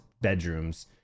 bedrooms